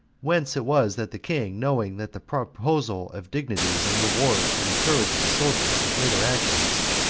whence it was that the king, knowing that the proposal of dignities and rewards would encourage the soldiers to greater actions,